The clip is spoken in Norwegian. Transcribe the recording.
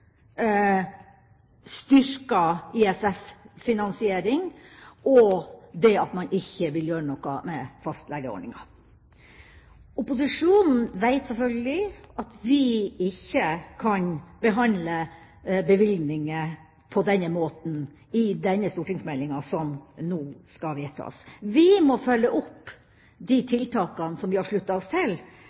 og man vil ikke gjøre noe med fastlegeordninga. Opposisjonen veit selvfølgelig at vi ikke kan behandle bevilgninger på denne måten i forbindelse med denne stortingsmeldinga som nå skal vedtas. Vi må følge opp de tiltakene som vi har sluttet oss